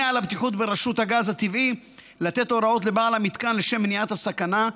על הבטיחות ברשות הגז הטבעי לתת הוראות לבעל המתקן לשם מניעת הסכנה,